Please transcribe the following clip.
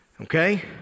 Okay